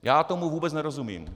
Já tomu vůbec nerozumím.